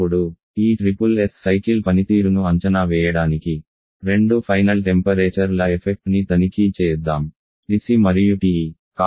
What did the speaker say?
ఇప్పుడు ఈ SSS cycle పనితీరును అంచనా వేయడానికి రెండు ఫైనల్ టెంపరేచర్ ల ఎఫెక్ట్ ని తనిఖీ చేద్దాం TC మరియు TE